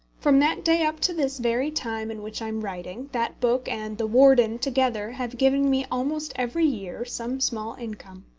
from that day up to this very time in which i am writing, that book and the warden together have given me almost every year some small income.